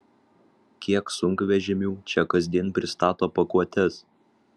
kiek sunkvežimių čia kasdien pristato pakuotes